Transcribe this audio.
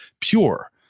pure